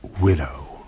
Widow